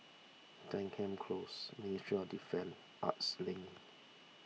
Denham Close Ministry of Defence Arts Link